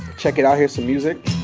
check it out, hear some music.